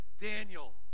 Daniel